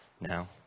now